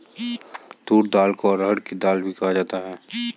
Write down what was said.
तूर दाल को अरहड़ की दाल भी कहा जाता है